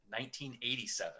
1987